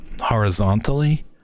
horizontally